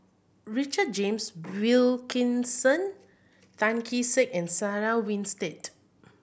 Richard James Wilkinson Tan Kee Sek and Sarah Winstedt